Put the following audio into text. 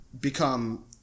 become